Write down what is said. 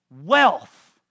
wealth